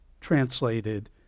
translated